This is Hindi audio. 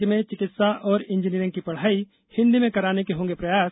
राज्य में चिकित्सा और इंजीनियरिंग की पढ़ाई हिन्दी में कराने के होंगे प्रयास